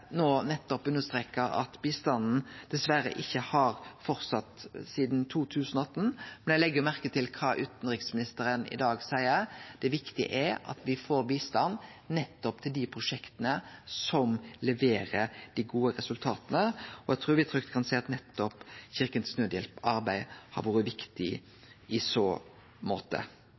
nettopp understreka at bistanden dessverre ikkje har fortsett sidan 2018. Eg legg merke til kva utanriksministeren i dag seier. Det viktige er at me får ut bistand til dei prosjekta som leverer dei gode resultata. Eg trur me trygt kan seie at nettopp Kirkens Nødhjelps arbeid har vore viktig i så måte.